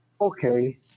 Okay